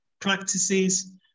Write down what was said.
practices